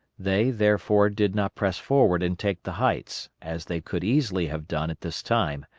they, therefore, did not press forward and take the heights, as they could easily have done at this time,